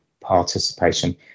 participation